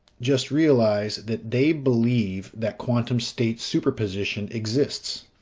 just realize that they believe that quantum state superposition exists.